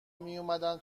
میومدن